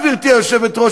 גברתי היושבת-ראש,